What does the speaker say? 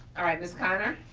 all right, miss conner.